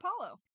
Apollo